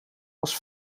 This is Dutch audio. als